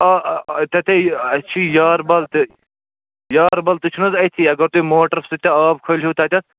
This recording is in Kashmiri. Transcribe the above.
آ آ تَتے اَتہِ چھِی یارٕبَل تہِ یارٕبَل تہِ چھُ نہٕ حَظ أتی اَگر تُہۍ موٹرٕ سۭتۍ تہِ آب کھٲلۍہو تَتٮ۪تھ